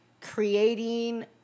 creating